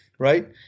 Right